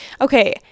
okay